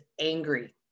angry